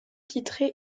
titré